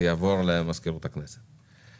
ויעבור למזכירות הכנסת.